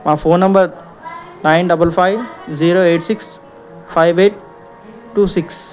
మా phone number nine double five zero eight six five eight two six